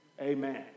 amen